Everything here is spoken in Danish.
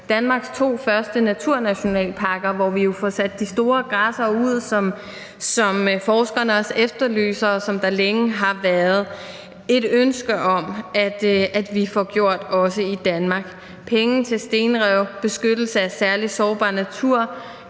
Danmarks to første naturnationalparker, hvor vi jo får sat de store græssere ud, som forskerne også efterlyser, og som der længe har været et ønske om at vi også får gjort i Danmark; penge til stenrev; beskyttelse af særlig sårbar natur;